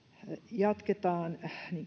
jatketaan